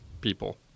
people